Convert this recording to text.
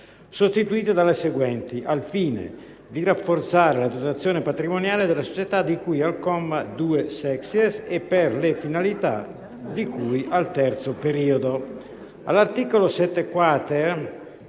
sostituite dalle seguenti: "al fine di rafforzare la dotazione patrimoniale della società di cui al comma 2-*sexies* e per le finalità di cui al terzo periodo";